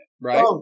right